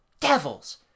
Devils